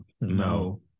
No